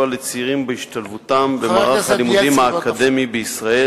לצעירים בהשתלבותם במערך הלימודים האקדמיים בישראל